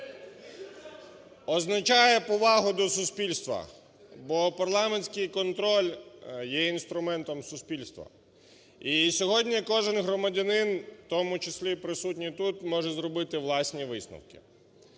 означає повагу до суспільства, бо парламентський контроль є інструментом суспільства. І сьогодні кожен громадянин, в тому числі і присутній тут, може зробити власні висновки.